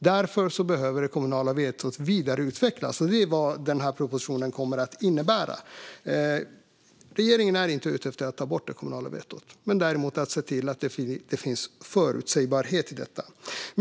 Därför behöver det kommunala vetot vidareutvecklas, och det är vad den här propositionen kommer att innebära. Regeringen är inte ute efter att ta bort det kommunala vetot utan efter att se till att det finns förutsägbarhet i detta.